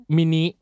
Mini